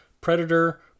Predator